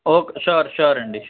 okay sure sure అండి